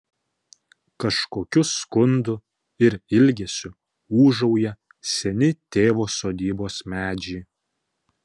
kažkokiu skundu ir ilgesiu ūžauja seni tėvo sodybos medžiai